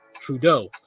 Trudeau